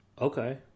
Okay